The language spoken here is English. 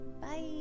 Bye